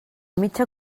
mitja